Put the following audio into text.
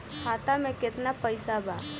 खाता में केतना पइसा बा?